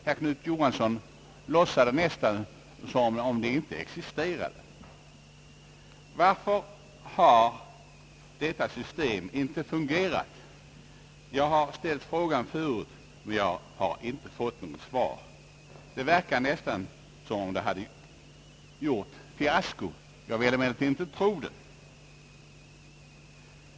Herr Knut Johansson låtsade nästan som om de inte existerade. Varför har detta system inte fungerat? Jag har ställt frågan förut, men jag har inte fått något svar. Det verkar nästan som om det hade gjort fiasko. Jag vill emellertid inte tro det.